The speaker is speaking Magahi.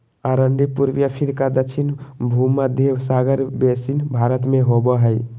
अरंडी पूर्वी अफ्रीका दक्षिण भुमध्य सागर बेसिन भारत में होबो हइ